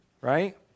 right